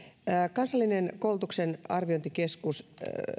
kansallinen koulutuksen arviointikeskus